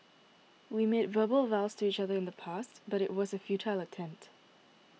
we made verbal vows to each other in the past but it was a futile attempt